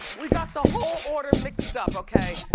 we got the whole order mixed up, okay?